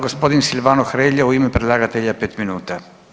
Gospodin Silvano Hrelja u ime predlagatelja 5 minuta.